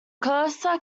cursor